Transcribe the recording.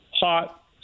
hot